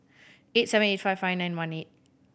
eight seven eight five five nine one eight